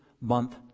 month